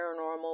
paranormal